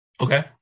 Okay